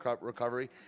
recovery